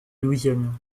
louisiane